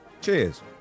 Cheers